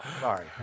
Sorry